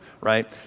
right